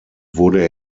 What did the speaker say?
wurde